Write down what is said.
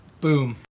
Boom